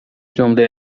جمله